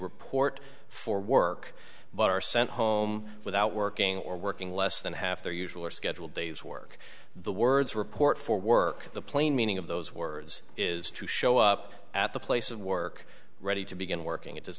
report for work but are sent home without working or working less than half their usual or scheduled day's work the words report for work the plain meaning of those words is to show up at the place of work ready to begin working it does